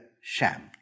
sham